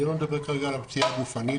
אני לא מדבר כרגע על הפציעה הגופנית,